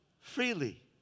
freely